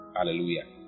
Hallelujah